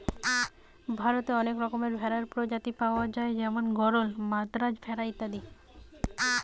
ভারতে অনেক রকমের ভেড়ার প্রজাতি পায়া যায় যেমন গরল, মাদ্রাজ ভেড়া ইত্যাদি